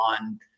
on